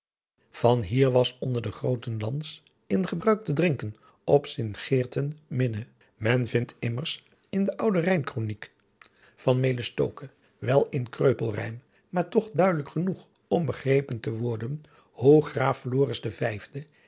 van hier was onder de grooten lands in gebruik te drinken op sint geerten minne men vind immers in den ouden rijmkronijk van melis stoke wel in kreupel rijm maar toch duidelijk genoeg om begrepen te worden hoe graas floris de